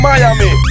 Miami